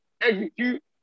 execute